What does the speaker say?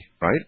right